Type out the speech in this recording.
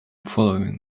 following